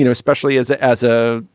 you know especially as as a,